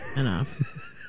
enough